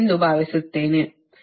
04 ಎಂದು ಭಾವಿಸುತ್ತೇನೆ